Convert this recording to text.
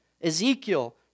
Ezekiel